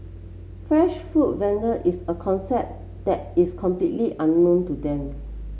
fresh food vending is a concept that is completely unknown to them